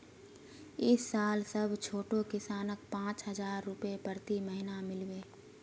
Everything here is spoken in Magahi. इस साल सब छोटो किसानक पांच हजार रुपए प्रति महीना मिल बे